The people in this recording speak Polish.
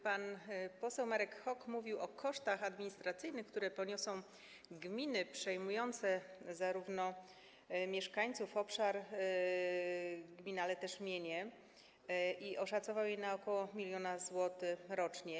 Pan poseł Marek Hok mówił o kosztach administracyjnych, które poniosą gminy przejmujące zarówno mieszkańców, obszar gminy, jak też jej mienie, i oszacował je na ok. 1 mln zł rocznie.